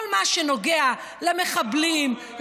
כל מה שנוגע למחבלים,